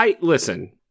Listen